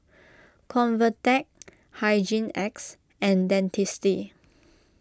Convatec Hygin X and Dentiste